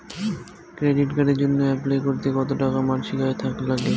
Credit কার্ডের জইন্যে apply করিতে কতো টাকা মাসিক আয় থাকা নাগবে?